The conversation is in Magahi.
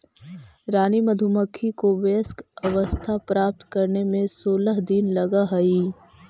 रानी मधुमक्खी को वयस्क अवस्था प्राप्त करने में सोलह दिन लगह हई